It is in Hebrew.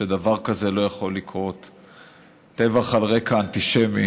שדבר כזה לא יכול לקרות בה, טבח על רקע אנטישמי,